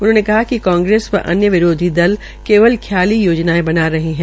उन्होंने कहा िक कांग्रेस व अन्य विरोधी दल केवल ख्याली योजनाये बना रहे है